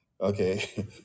Okay